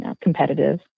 competitive